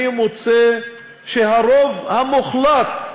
אני מוצא שהרוב המוחלט,